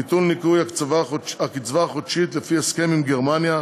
ביטול ניכוי הקצבה החודשית לפי הסכם עם גרמניה),